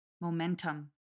momentum